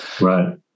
Right